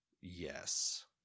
Yes